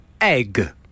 Egg